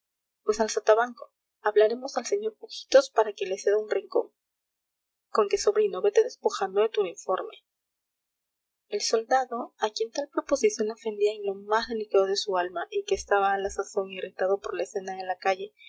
al sotabanco hablaremos al sr pujitos para que le ceda un rincón conque sobrino vete despojando de tu uniforme el soldado a quien tal proposición ofendía en lo más delicado de su alma y que estaba a la sazón irritado por la escena de la calle